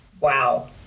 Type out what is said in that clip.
Wow